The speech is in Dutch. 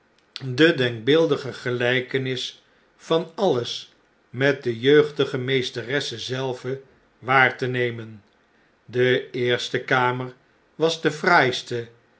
de denkbeeldige gelpenis van alles met de jeugdige meesteresse zelve waar te nemen de eerste kamer was de fraaiste